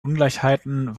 ungleichheiten